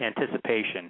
anticipation